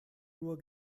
nur